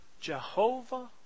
Jehovah